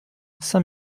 saint